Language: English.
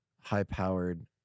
high-powered